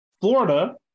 Florida